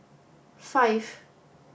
five